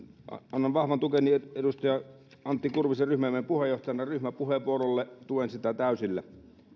annan vahvan tukeni edustaja antti kurvisen ryhmämme puheenjohtajan ryhmäpuheenvuorolle tuen sitä täysillä